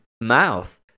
mouth